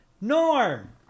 norm